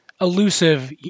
elusive